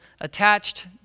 attached